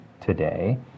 today